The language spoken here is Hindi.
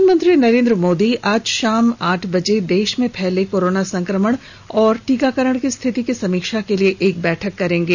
प्रधानमंत्री नरेंद्र मोदी आज शाम आठ बजे देश में फैले कोरोना संकमण और टीकाकरण की स्थिति की समीक्षा के लिए एक बैठक करेंगे